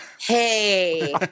Hey